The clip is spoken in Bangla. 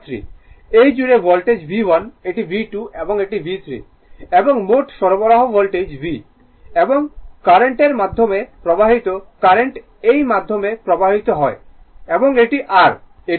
এই জুড়ে ভোল্টেজ V1 এটি V2 এটি V3 এবং মোট সরবরাহ ভোল্টেজ V এবং কারেন্ট এর মাধ্যমে প্রবাহিত I কারেন্ট এই মাধ্যমে প্রবাহিত হয় এটি r এটি I